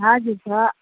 हजुर छ